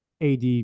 AD